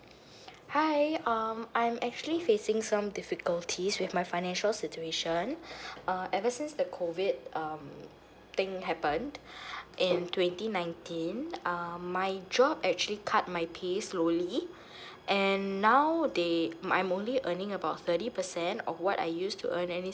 hi um I'm actually facing some difficulties with my financial situation uh ever since the COVID um thing happened in twenty nineteen um my job actually cut my pay slowly and now they I'm only earning about thirty percent of what I used to earn and it's